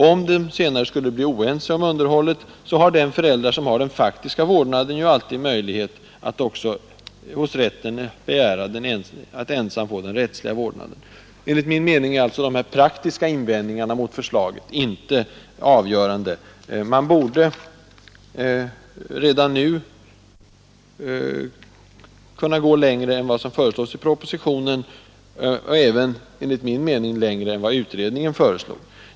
Om de senare skulle bli oense om underhållet har ju den förälder, som har den faktiska vårdnaden, alltid möjlighet att också hos rätten begära att ensam få den rättsliga vårdnaden. Enligt min uppfattning är alltså dessa praktiska invändningar mot förslaget inte avgörande. Man borde redan nu kunna gå längre än vad som föreslås i propositionen och — som jag föreslagit i en motion — även längre än utredningen ville.